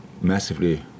massively